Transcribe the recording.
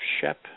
Shep